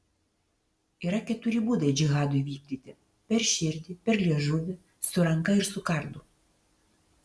yra keturi būdai džihadui vykdyti per širdį per liežuvį su ranka ir su kardu